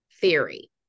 theory